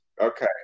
Okay